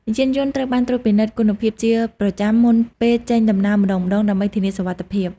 យានយន្តត្រូវបានត្រួតពិនិត្យគុណភាពជាប្រចាំមុនពេលចេញដំណើរម្តងៗដើម្បីធានាសុវត្ថិភាព។